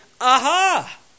Aha